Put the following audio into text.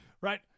right